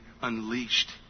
unleashed